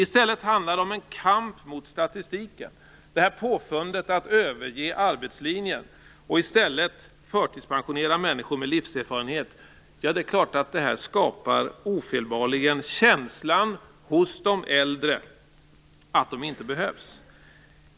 I stället handlar det om en kamp mot statistiken, där påfundet att överge arbetslinjen och i stället förtidspensionera människor med livserfarenhet ofelbarligen skapar känslan hos de äldre att de inte behövs.